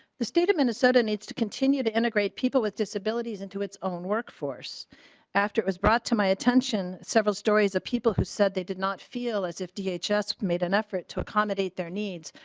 the state of minnesota needs to continue to integrate people with disabilities into its own workforce years after it was brought to my attention several stories of people who said they did not feel as if th just made an effort to accommodate their needs.